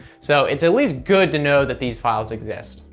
so it's at least good to know that these files exist.